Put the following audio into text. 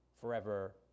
forever